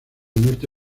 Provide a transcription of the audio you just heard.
norte